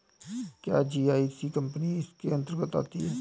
क्या GIC company इसके अन्तर्गत आती है?